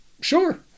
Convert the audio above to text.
Sure